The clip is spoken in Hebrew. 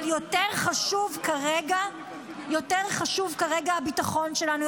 אבל יותר חשוב כרגע הביטחון שלנו,